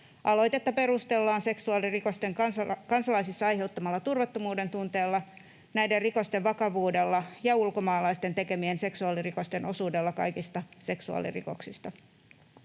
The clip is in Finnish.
Aloitetta perusteellaan seksuaalirikosten kansalaisissa aiheuttamalla turvattomuudentunteella, näiden rikosten vakavuudella ja ulkomaalaisten tekemien seksuaalirikosten osuudella kaikista seksuaalirikoksista.